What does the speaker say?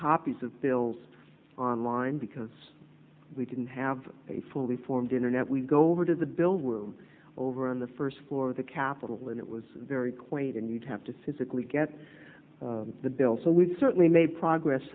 copies of bills online because we didn't have a fully formed internet we go over to the bill were over on the first floor of the capitol and it was very quiet and you'd have to physically get the bill so we've certainly made progress